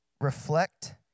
Reflect